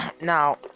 Now